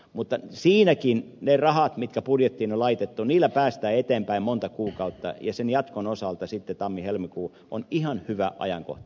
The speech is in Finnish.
mutta siinäkin niillä rahoilla jotka budjettiin on laitettu päästään eteenpäin monta kuukautta ja sen jatkon osalta sitten tammihelmikuu on ihan hyvä ajankohta